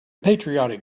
patriotic